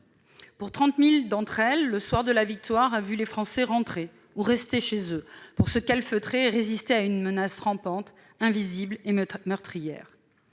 Dans 30 000 d'entre elles, le soir de la victoire d'une liste au premier tour a vu les Français rentrer ou rester chez eux pour se calfeutrer et résister à une menace rampante, invisible et meurtrière.